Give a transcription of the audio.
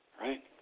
Right